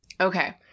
Okay